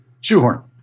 Shoehorn